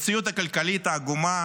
המציאות הכלכלית העגומה,